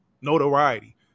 notoriety